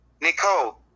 Nicole